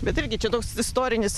bet irgi čia toks istorinis